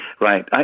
Right